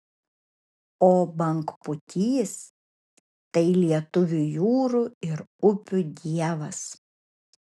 o bangpūtys tai lietuvių jūrų ir upių dievas